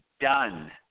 done